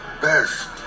best